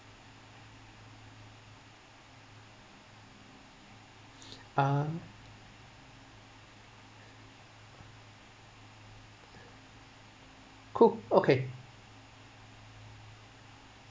ah cool okay